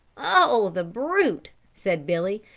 oh, the brute, said billy,